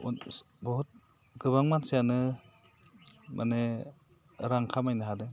बुहद गोबां मानसियानो माने रां खामायनो हादों